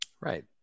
Right